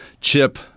chip